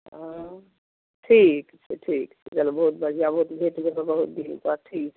हँ ठीक छै ठीक छै चलू बहुत बढिआँ बहुत भेंट भेलहुॅं बहुत दिन पर चलू ठीक